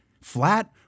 Flat